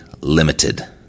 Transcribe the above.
limited